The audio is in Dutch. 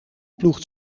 ploegt